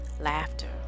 Laughter